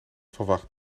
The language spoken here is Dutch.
verwacht